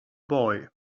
boy